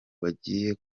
bagiye